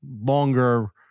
longer